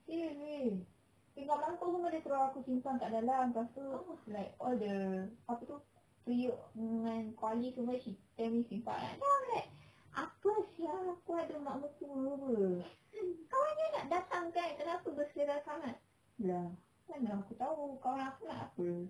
cuci pinggan mangkuk semua dia suruh aku simpan kat dalam lepas tu like all the apa tu periuk dengan kuali semua she tell me simpan then I'm like apa sia aku ada mak mertua [pe] kawannya nak datang kan kenapa berselerak sangat lah mana aku tahu kawan aku nak apa